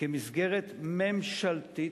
כמסגרת ממשלתית,